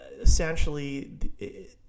essentially